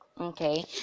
okay